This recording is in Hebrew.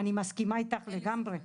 אני מסכימה איתך לגמרי,